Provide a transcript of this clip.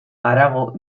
harago